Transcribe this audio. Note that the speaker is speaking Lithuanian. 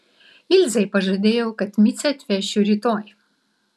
ilzei pažadėjau kad micę atvešiu rytoj